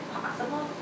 possible